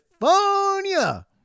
California